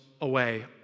away